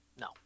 No